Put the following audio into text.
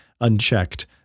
unchecked